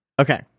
Okay